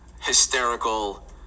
hysterical